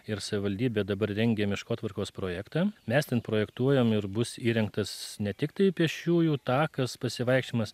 ir savivaldybė dabar rengia miškotvarkos projektą mes ten projektuojam ir bus įrengtas ne tiktai pėsčiųjų takas pasivaikščiojimas